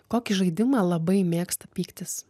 kokį žaidimą labai mėgsta pyktis